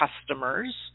customers